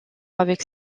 avec